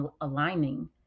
aligning